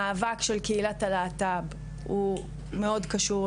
המאבק של קהילת הלהט"ב קשור מאוד